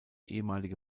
ehemalige